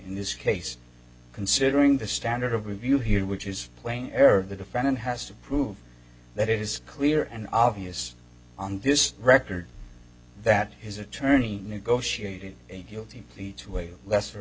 in this case considering the standard of review here which is plain error of the defendant has to prove that it is clear and obvious on this record that his attorney negotiated a guilty plea to a lesser